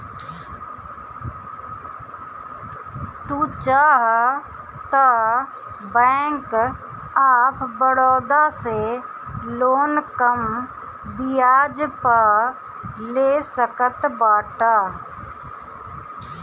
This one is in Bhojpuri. तू चाहअ तअ बैंक ऑफ़ बड़ोदा से लोन कम बियाज पअ ले सकत बाटअ